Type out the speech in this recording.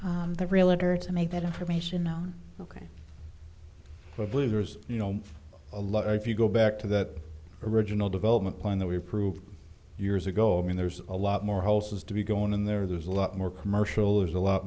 or the real it or to make that information known ok we're believers you know a lot if you go back to that original development plan that we proved years ago i mean there's a lot more houses to be going in there there's a lot more commercial there's a lot